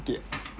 okay